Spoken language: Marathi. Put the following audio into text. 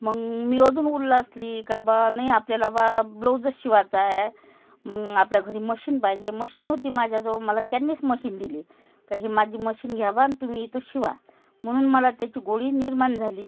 मग मी अजून उल्हासली का बा नाही आपल्याला ब्लाऊजच शिवायचं आहे मग आपल्या घरी मशीन पाहिजे मशीन होती माझ्याजवळ मला त्यांनीच मशीन दिली का ही माझी मशीन घ्या बा आणि तुम्ही इथं शिवा म्हणून मला त्याची गोडी निर्माण झाली